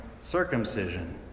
circumcision